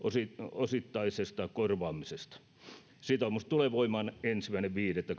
osittaisesta korvaamisesta sitoumus tulee voimaan ensimmäinen viidettä